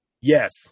Yes